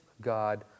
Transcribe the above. God